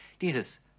Dieses